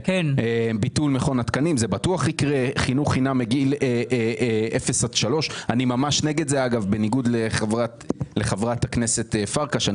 חינוך חינם מגיל 0 עד 3. בניגוד לחברת הכנסת פרקש,